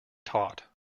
taut